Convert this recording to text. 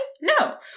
No